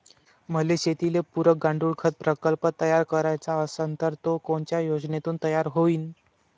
मले शेतीले पुरक गांडूळखत प्रकल्प तयार करायचा असन तर तो कोनच्या योजनेतून तयार होईन?